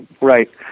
right